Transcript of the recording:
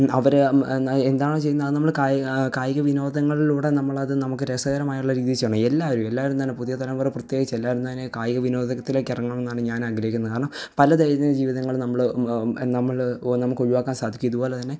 അവര് എന്താണോ ചെയ്യുന്നത് അത് നമ്മള് കായിക കായിക വിനോദങ്ങളിലൂടെ നമ്മളത് നമുക്ക് രസകരമായുള്ള രീതീയിൽ ചെയ്യണം എല്ലാവരും എല്ലാവരും തന്നെ പുതിയ തലമുറ പ്രത്യേകിച്ച് എല്ലാവരും തന്നെ കായിക വിനോദത്തിലേക്ക് ഇറങ്ങണം എന്നാണ് ഞാന് ആഗ്രഹിക്കുന്നത് കാരണം പല ദൈനംദിന ജീവിതങ്ങളും നമ്മള് നമ്മള് ഓ നമുക്ക് ഒഴിവാക്കാൻ സാധിക്കും ഇതുപോലെതന്നെ